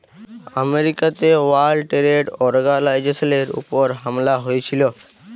আমেরিকাতে world trade অর্গালাইজেশলের উপর হামলা হঁয়েছিল